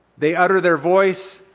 they utter their voice.